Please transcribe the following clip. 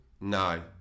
no